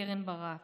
קרן ברק,